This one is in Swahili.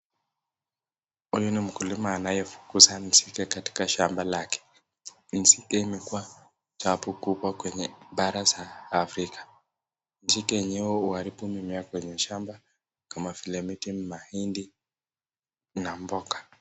Huyu ni mkulima anaye fukuza zige katika shamba lake. Zige imekuwa taabu kubwa kwenye bara za Africa,(cs), zige yenyewe uharibu mimea kwenye shamba kama vile miti, mahindi na mboga .